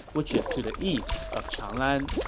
which is to the east of chang'an.